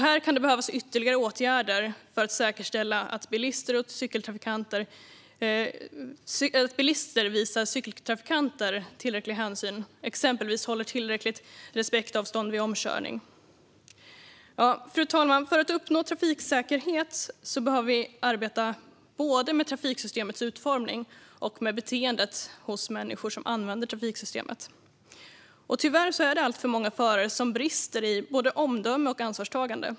Här kan det behövas ytterligare åtgärder för att säkerställa att bilister visar cykeltrafikanter tillräcklig hänsyn och exempelvis håller tillräckligt respektavstånd vid omkörning. Fru talman! För att uppnå trafiksäkerhet behöver vi arbeta både med trafiksystemets utformning och med beteendet hos människor som använder trafiksystemet. Tyvärr är det alltför många förare som brister i både omdöme och ansvarstagande.